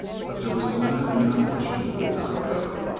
but there was a limit beyond which he would not go.